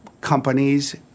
companies